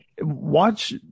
watch